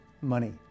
money